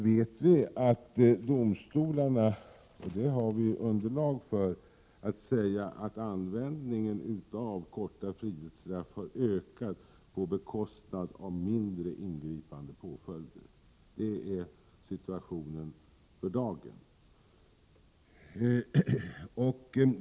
Men vi har underlag för att säga att användningen av korta frihetsstraff har ökat på bekostnad av mindre ingripande påföljder. Sådan är situationen för dagen.